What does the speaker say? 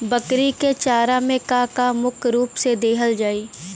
बकरी क चारा में का का मुख्य रूप से देहल जाई?